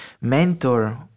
mentor